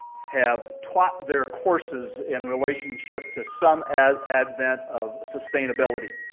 have taught their courses in relationship to some advent of sustainability.